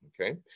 Okay